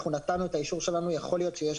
אנחנו נתנו את האישור שלנו ויכול להיות שיש